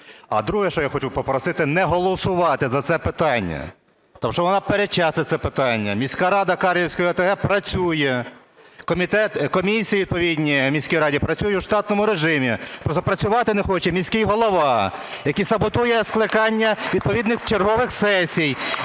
А, друге, що я хочу попросити, не голосувати за це питання, тому що воно передчасне це питання. Міська рада Карлівської ОТГ працює. Комісії відповідні у міській раді працюють у штатному режимі. Просто працювати не хочу міський голова, який саботує скликання відповідних чергових сесій.